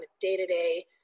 day-to-day